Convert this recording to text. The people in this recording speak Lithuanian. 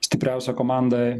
stipriausia komanda